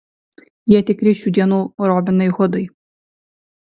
jie tikri šių dienų robinai hudai